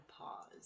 pause